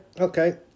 okay